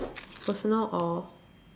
personal or